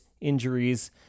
injuries